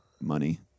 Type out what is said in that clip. money